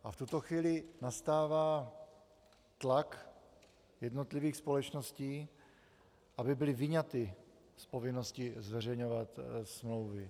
V tuto chvíli nastává tlak jednotlivých společností, aby byly vyňaty povinnosti zveřejňovat smlouvy.